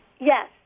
Yes